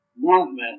movement